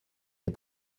les